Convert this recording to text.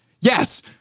yes